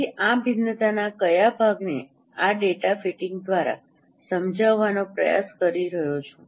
તેથી આ ભિન્નતાના કયા ભાગને આ ડેટા ફિટિંગ દ્વારા સમજાવવાનો પ્રયાસ કરી રહ્યો છે